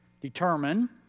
determine